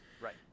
Right